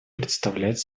представлять